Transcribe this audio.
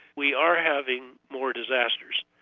we are having more disasters.